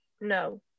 no